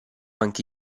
anche